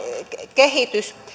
kehitys